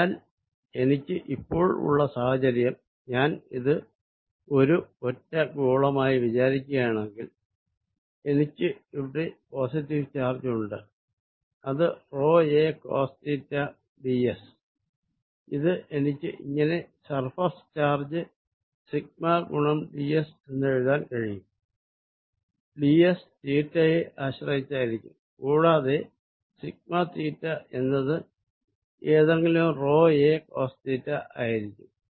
അതിനാൽ എനിക്ക് ഇപ്പോൾ ഉള്ള സാഹചര്യം ഞാൻ ഇത് ഒരു ഒറ്റ ഗോളമായി വിചാരിക്കുകയാണെന്കിൽ എനിക്ക് ഇവിടെ പോസിറ്റീവ് ചാർജ് ഉണ്ട് അത് rho a cos theta ds ഇത് എനിക്ക് ഇങ്ങനെ സർഫേസ് ചാർജ് സിഗ്മ ഗുണം ds ഏന്ന് എഴുതാൻ കഴിയും ds തീറ്റയെ ആശ്രയിച്ചായിരിക്കും കൂടാതെ സിഗ്മ തീറ്റ എന്നത് ഏതെങ്കിലും റൊ എ കോസ് തീറ്റ ആയിരിക്കും